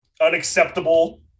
unacceptable